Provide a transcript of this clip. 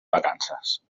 vacances